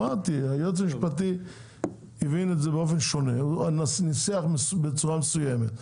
היועץ המשפטי הבין את זה באופן שונה וניסח בצורה מסוימת.